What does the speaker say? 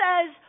says